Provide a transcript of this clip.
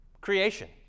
creation